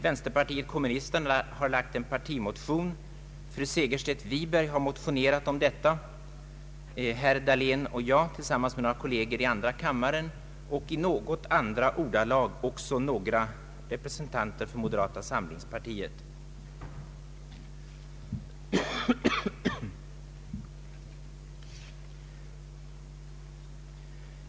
Vänsterpartiet kommunisterna har väckt en partimotion, fru Segerstedt Wiberg har motionerat i detta syfte, herr Dahlén och jag har tillsammans med några kolleger i andra kammaren väckt en motion, och i något andra ordalag har några representanter för moderata samlingspartiet motionerat i samma syfte.